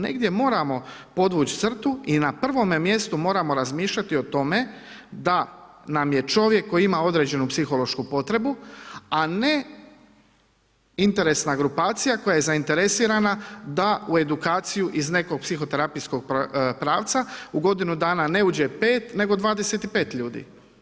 Negdje moramo podvući crtu i na prvome mjestu moramo razmišljati o tome, da nam je čovjek koji ima određenu psihološku potrebu, a ne interesna grupacija, koja je zainteresirana da u edukaciju iz nekog psihoterapijskog pravca u godinu dana ne uđe 5 nego 25 ljudi.